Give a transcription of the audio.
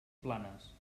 planes